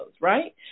right